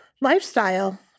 lifestyle